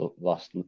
last